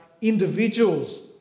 individuals